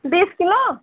बीस किलो